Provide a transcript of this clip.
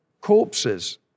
corpses